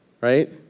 Right